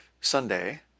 Sunday